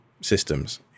systems